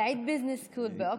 Saïd Business School באוקספורד.